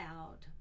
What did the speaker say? out